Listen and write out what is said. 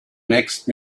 next